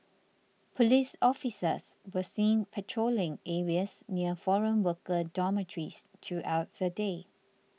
police officers were seen patrolling areas near foreign worker dormitories throughout the day